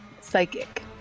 psychic